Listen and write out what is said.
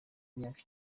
imyaka